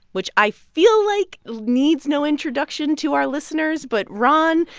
which i feel like needs no introduction to our listeners. but ron,